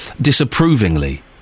disapprovingly